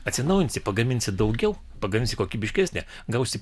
atsinaujinsi pagaminsi daugiau pagaminsi kokybiškesnę gausi